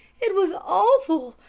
it was awful!